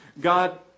God